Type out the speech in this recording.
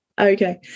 Okay